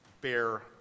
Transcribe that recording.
bear